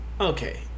okay